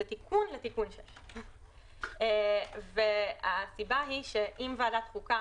6. הסיבה היא שנראה אם ועדת חוקה,